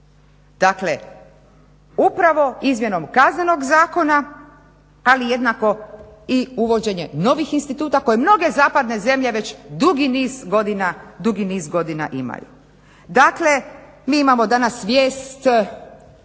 Dakle, upravo izmjenom Kaznenog zakona ali jednako i uvođenje novih instituta koji mnoge zapadne zemlje već dugi niz godina imaju. Dakle, mi imamo danas vijest